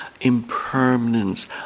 impermanence